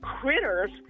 critters